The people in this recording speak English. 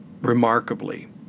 remarkably